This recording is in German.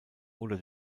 oder